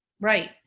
Right